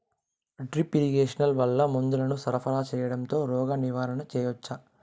Drip irrigation వల్ల మందులను సరఫరా సేయడం తో రోగ నివారణ చేయవచ్చా?